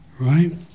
right